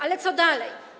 Ale co dalej?